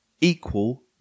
equal